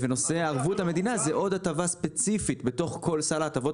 נושא ערבות המדינה זה עוד הטבה ספציפית בתוך כל סל ההטבות